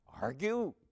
argue